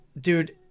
dude